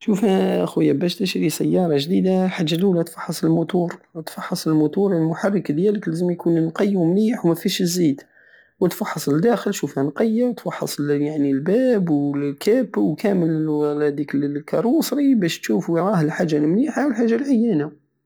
شوف اخويا بش تشري سيارة جديدة الحاجة الاولى اتفحص الموتور اتفحص الموتور للمحرك ديالك لازم يكون مقي ومليح ومفيهش الزيت واتفحث لداخل شوفها نقية اتفحص الباب والكابو وكامل هديك الكروسري بش تشوف وين راه الحاجة المليحة والحاجة العيانة